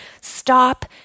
Stop